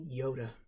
Yoda